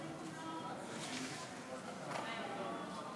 אדוני היושב-ראש,